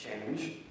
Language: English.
change